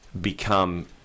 become